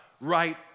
right